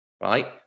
right